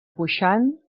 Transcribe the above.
puixant